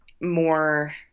more